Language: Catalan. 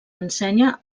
ensenya